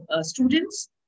students